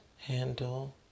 handle